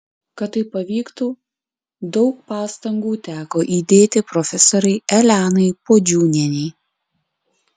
kad tai pavyktų daug pastangų teko įdėti profesorei elenai puodžiūnienei